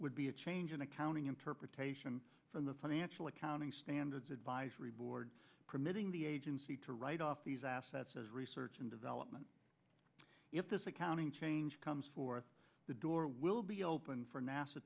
would be a change in accounting interpretation from the financial accounting standards advisory board permitting the agency to write off these assets as research and development if this accounting change comes forth the door will be open for nasa